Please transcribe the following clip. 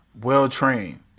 well-trained